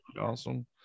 awesome